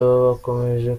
bakomeje